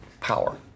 power